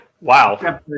Wow